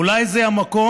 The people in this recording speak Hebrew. אולי זה המקום,